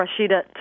Rashida